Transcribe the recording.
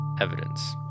evidence